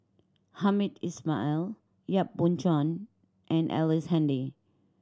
Hamed Ismail Yap Boon Chuan and Ellice Handy